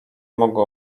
mogła